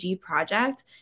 project